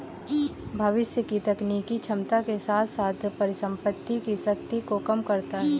भविष्य की तकनीकी क्षमता के साथ साथ परिसंपत्ति की शक्ति को कम करता है